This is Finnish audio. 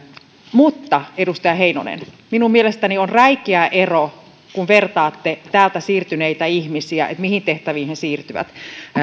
mutta edustaja heinonen minun mielestäni on räikeä ero kun vertaatte täältä siirtyneitä ihmisiä että mihin tehtäviin he siirtyvät